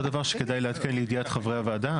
דבר שכדאי לעדכן לידיעת חברי הוועדה.